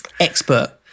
Expert